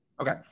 Okay